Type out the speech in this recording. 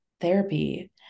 therapy